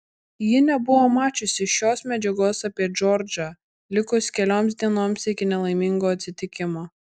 ji nebuvo mačiusi šios medžiagos apie džordžą likus kelioms dienoms iki nelaimingo atsitikimo